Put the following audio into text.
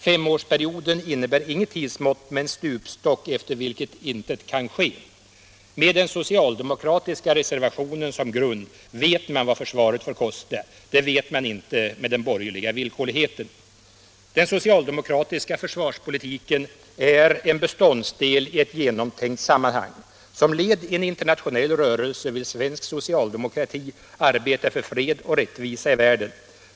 Femårsperioden innebär inget tidsmått med en stupstock efter vilken intet kan ske. Med den socialdemokratiska reservationen som grund vet man vad försvaret får kosta. Det vet man inte med den borgerliga villkorligheten. Den socialdemokratiska försvarspolitiken är en beståndsdel i ett genomtänkt sammanhang. Som led i en internationell rörelse vill svensk socialdemokrati arbeta för fred och rättvisa i världen.